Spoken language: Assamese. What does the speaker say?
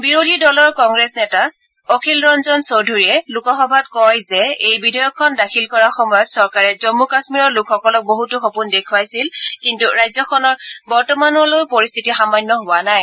বিৰোধী দল কংগ্ৰেছৰ নেতা অখিল ৰঞ্জন চৌধুৰীয়ে লোকসভাত কয় যে এই বিধেয়কখন দাখিল কৰাৰ সময়ত চৰকাৰে জম্মু কাম্মীৰৰ লোকসকলক বহুতো সপোন দেখুৱাইছিল কিন্তু ৰাজ্যখনৰ পৰিস্থিতি বৰ্তমানলৈ সামান্য হোৱা নাই